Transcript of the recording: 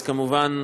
אז כמובן,